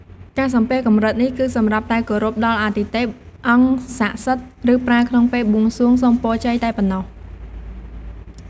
ការសំពះកម្រិតនេះគឺសម្រាប់តែគោរពដល់អទិទេព អង្គសក្ដិសិទ្ធិ ឬប្រើក្នុងពេលបួងសួងសុំពរជ័យតែប៉ុណ្ណោះ។